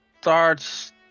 starts